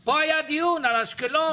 פה היה דיון על אשקלון,